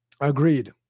Agreed